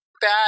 bad